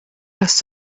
dass